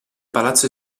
palazzo